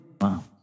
Wow